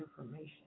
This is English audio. information